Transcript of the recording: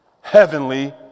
heavenly